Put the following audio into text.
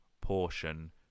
portion